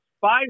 five